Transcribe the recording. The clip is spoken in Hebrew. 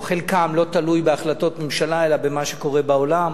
או: חלקם לא תלוי בהחלטות הממשלה אלא במה שקורה בעולם,